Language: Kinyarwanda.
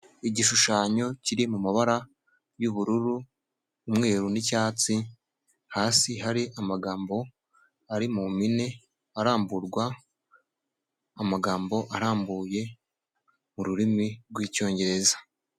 Igishushanyo kiri mumabara y'ubururu, umweruru n'icyatsi, hasi hari amagambo ari mu mpine, aramburwa, amagambo arambuye mu ururimi rw'icyongereza.